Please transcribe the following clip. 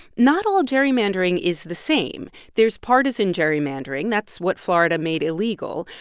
not all gerrymandering is the same. there's partisan gerrymandering. that's what florida made illegal.